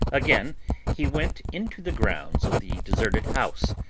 again he went into the grounds of the deserted house,